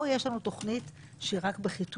פה יש לנו תכנית שהיא רק בחיתוליה,